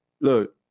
look